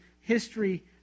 history